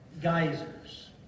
geysers